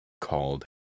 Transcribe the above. called